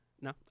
No